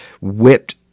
whipped